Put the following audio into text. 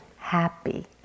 happy